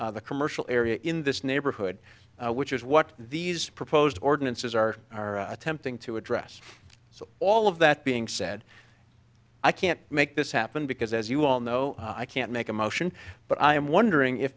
of the commercial area in this neighborhood which is what these proposed ordinances are attempting to address so all of that being said i can't make this happen because as you all know i can't make a motion but i'm wondering if